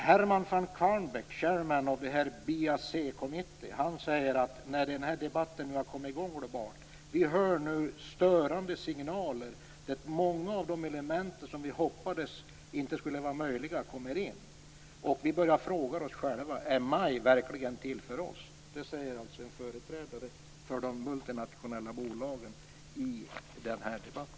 När den här debatten nu har kommit i gång globalt säger Herman van Karnebeek, Chairman of BIAC s Committee on Multinational Enterprises, i fri översättning: Vi hör nu störande signaler. Många av de element vi hoppades inte skulle vara möjliga kommer in, och vi börjar fråga oss själva, är MAI verkligen till för oss? Det säger alltså en företrädare för de multinationella bolagen i den här debatten.